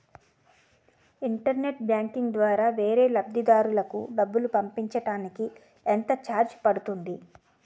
Internet banking ద్వారా వేరే లబ్ధిదారులకు డబ్బులు పంపించటానికి ఎంత ఛార్జ్ పడుతుంది?